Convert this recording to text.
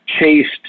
chased